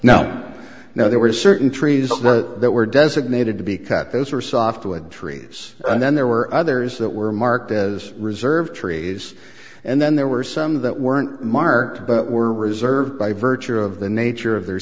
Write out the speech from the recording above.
now now there were certain trees that were designated to be cut those were soft wood trees and then there were others that were marked as reserve trees and then there were some that weren't marked but were reserved by virtue of the nature of their